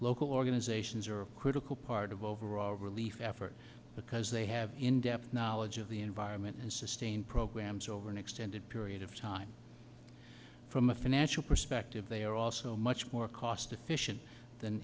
local organizations are a critical part of overall relief efforts because they have in depth knowledge of the environment and sustain programs over an extended period of time from a financial perspective they are also much more cost efficient than